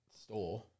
store